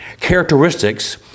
characteristics